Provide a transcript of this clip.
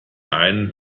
einen